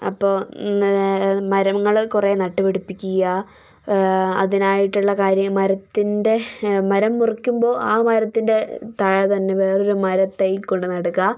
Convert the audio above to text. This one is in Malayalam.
അപ്പോൾ മരങ്ങൾ കുറേ നട്ടുപിടിപ്പിക്കുക അതിനായിട്ടുള്ള കാര്യം മരത്തിൻ്റെ മരം മുറിക്കുമ്പോൾ ആ മരത്തിൻ്റെ താഴത്തന്നെ വേറൊരു മരത്തൈ കൊണ്ടു നടുക